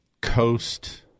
Coast